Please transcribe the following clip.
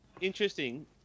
interesting